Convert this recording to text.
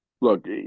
look –